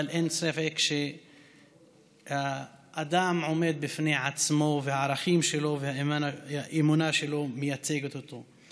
אבל אין ספק שאדם עומד בפני עצמו והערכים שלו והאמונה שלו מייצגת אותו.